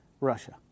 Russia